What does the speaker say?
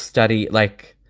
study like